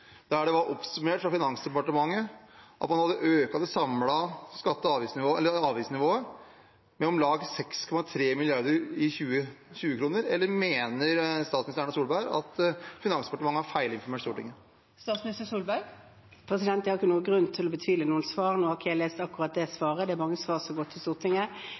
der det var oppsummert fra Finansdepartementets side at man hadde økt avgiftsnivået med om lag 6,3 mrd. i 2020-kroner, eller mener statsminister Erna Solberg at Finansdepartementet har feilinformert Stortinget? Jeg har ikke noen grunn til å betvile noen svar. Nå har ikke jeg lest akkurat det svaret, men det er mange svar som går til Stortinget